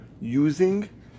using